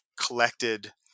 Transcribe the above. collected